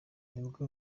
nibwo